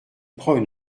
prend